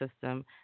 system